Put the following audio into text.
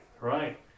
Right